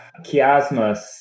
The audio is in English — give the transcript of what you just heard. Chiasmus